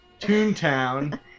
Toontown